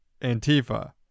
Antifa